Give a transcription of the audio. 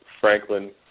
Franklin